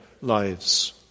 lives